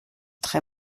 très